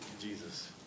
Jesus